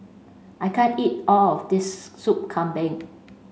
I can't eat all of this soup Kambing